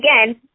again